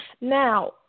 Now